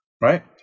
Right